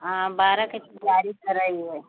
हाँ बारह का तैयारी कर रही है